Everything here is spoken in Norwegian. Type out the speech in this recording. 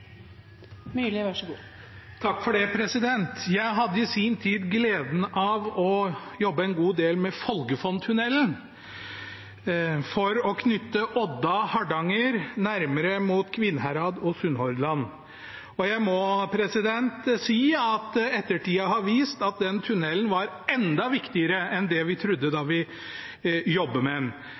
vil innebære. Så vi ser virkelig fram til KVU-arbeidet. Det blir en annen type debatt når neste NTP kommer, når vi i hvert fall får noe kunnskapsgrunnlag. Jeg hadde i sin tid gleden av å jobbe en god del med Folgefonntunnelen, for å knytte Odda og Hardanger nærmere mot Kvinnherad og Sunnhordland, og jeg må si at ettertida har vist at den tunnelen var enda